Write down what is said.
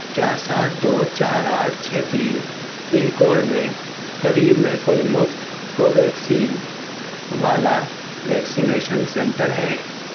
کیا سات دو چار آٹھ چھ تین پن کوڈ میں قریب میں کوئی مفت کوویکسین والا ویکسینیشن سنٹر ہے